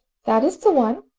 that is the one.